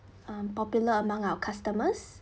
um popular among our customers